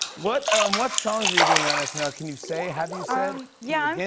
what um what songs are you doing on snl? can you say? have you said? yeah,